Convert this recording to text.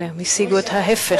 אבל הם השיגו את ההפך.